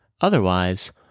Otherwise